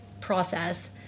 process